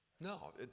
No